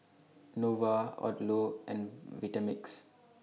Nova Odlo and Vitamix